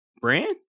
Brand